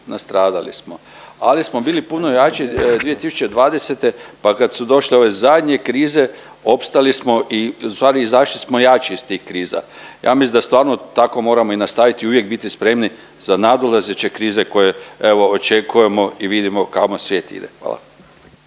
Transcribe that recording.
nastradali smo. Ali smo bili puno jači 2020. pa kad su došle ove zadnje krize opstali smo i u stvari izašli smo jači iz tih kriza. Ja mislim da stvarno tako moramo i nastaviti i uvijek biti spremni za nadolazeće krize koje evo očekujemo i vidimo kamo svijet ide. Hvala.